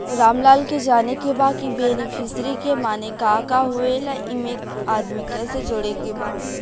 रामलाल के जाने के बा की बेनिफिसरी के माने का का होए ला एमे आदमी कैसे जोड़े के बा?